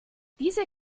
diese